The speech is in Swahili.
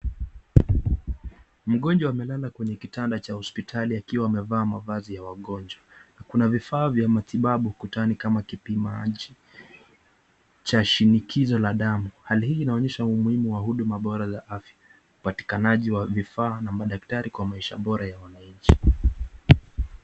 Mgonjwa amelala kwenye kitanda cha hospitali akiwa amevaa mavazi ya wagonjwa, kuna vifaa vya matibabu kutani kama kipimaji cha shinikizo la damu, hali hii inaonyesha umuhimu wa huduma bora za afya, upatikanaji wa vifaa na madaktari kwa maisha bora ya wananchi.